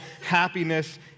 happiness